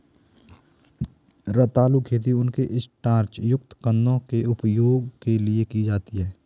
रतालू खेती उनके स्टार्च युक्त कंदों के उपभोग के लिए की जाती है